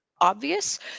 obvious